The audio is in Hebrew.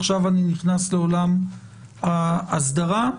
ועכשיו נכנסים לעולם האסדרה.